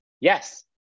Yes